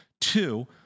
Two